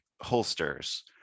holsters